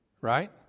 Right